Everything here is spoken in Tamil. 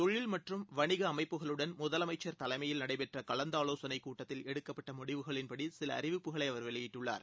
தொழில் மற்றும் வணிக அமைப்புகளுடன் முதலமைச்சர் தலைமையில் நடைபெற்ற கலந்தாலோசனைக் கூட்டத்தில் எடுக்கப்பட்ட முடிவுகளின்படி சில அறிவிப்புகளை அவர் வெளியிட்டுள்ளார்